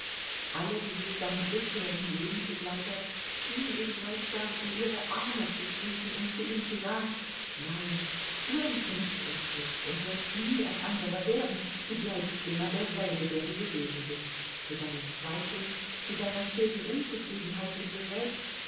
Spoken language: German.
alle diese seine bisherigen lebensbegleiter schienen ihn gleichsam in ihre arme zu schließen und zu ihm zu sagen nein du entrinnst uns nicht und wirst nie ein anderer werden du bleibst immer derselbe der du gewesen bist mit deinen zweifeln mit deiner steten unzufriedenheit mit dir selbst